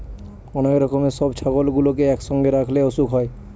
অনেক রকমের সব ছাগলগুলোকে একসঙ্গে রাখলে অসুখ হয়